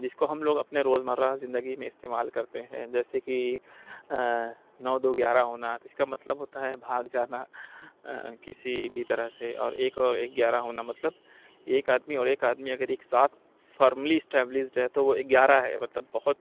جس کو ہم لوگ اپنے روزمرہ زندگی میں استعمال کرتے ہیں جیسے کہ نو دو گیارہ ہونا تو اس کا مطلب ہوتا ہے بھاگ جانا کسی بھی طرح سے اور ایک اور ایک گیارہ ہونا مطلب ایک آدمی اور ایک آدمی اگر ایک ساتھ فارملی اسٹبلسڈ ہے تو وہ گیارہ ہے مطلب بہت